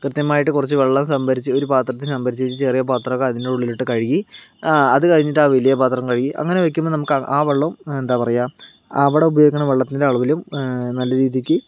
കൃത്യമായിട്ട് കുറച്ചു വെള്ളം സംഭരിച്ച് ഒരുപാത്രത്തിൽ സംഭരിച്ച് വെച്ച് ചെറിയ പാത്രമൊക്കെ അതിനുള്ളിൽ ഇട്ടു കഴുകി അതുകഴിഞ്ഞിട്ട് ആ വലിയ പാത്രം കഴുകി അങ്ങനെ വെക്കുമ്പോൾ നമുക്ക് ആ വെള്ളവും എന്താ പറയുക അവിടെ ഉപയോഗിക്കുന്ന വെള്ളത്തിൻ്റെ അളവിലും നല്ല രീതിക്ക്